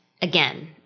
again